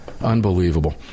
Unbelievable